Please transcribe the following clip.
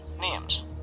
names